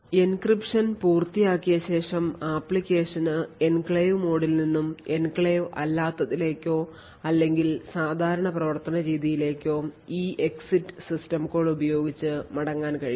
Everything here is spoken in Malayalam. എൻക്രിപ്ഷൻ പൂർത്തിയാക്കിയ ശേഷം അപ്ലിക്കേഷന് എൻക്ലേവ് മോഡിൽ നിന്നും എൻക്ലേവ് അല്ലാത്തതിലേക്കോ അല്ലെങ്കിൽ സാധാരണ പ്രവർത്തന രീതിയിലേക്കോ EEXIT സിസ്റ്റം കോൾ ഉപയോഗിച്ച് മടങ്ങാൻ കഴിയും